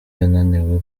yananiwe